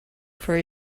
for